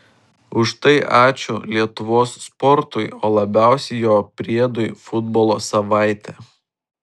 už tai ačiū lietuvos sportui o labiausiai jo priedui futbolo savaitė